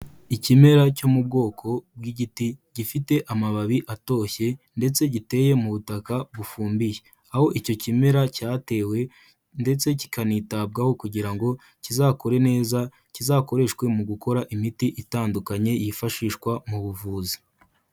Ikimera cyo mu bwoko bw'igiti gifite amababi atoshye ndetse giteye mu butaka bufumbiye, aho icyo kimera cyatewe ndetse kikanitabwaho kugira ngo kizakure neza, kizakoreshwe mu gukora imiti itandukanye yifashishwa mu buvuzi.